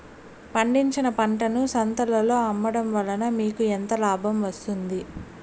పండించిన పంటను సంతలలో అమ్మడం వలన మీకు ఎంత లాభం వస్తుంది?